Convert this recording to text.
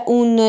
un